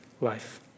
life